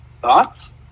Thoughts